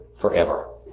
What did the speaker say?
forever